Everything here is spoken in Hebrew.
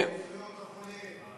בניגוד לזכויות החולה.